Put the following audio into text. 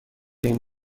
این